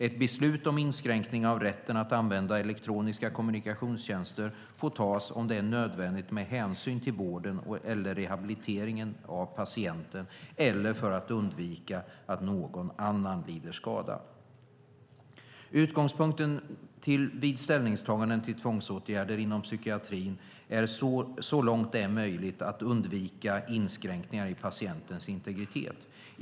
Ett beslut om inskränkning av rätten att använda elektroniska kommunikationstjänster får tas om det är nödvändigt med hänsyn till vården eller rehabiliteringen av patienten eller för att undvika att någon annan lider skada. Utgångspunkten vid ställningstaganden till tvångsåtgärder inom psykiatrin är att så långt det är möjligt undvika inskränkningar i patientens integritet.